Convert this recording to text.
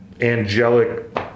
angelic